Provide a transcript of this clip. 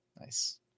nice